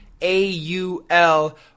A-U-L